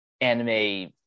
anime